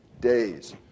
days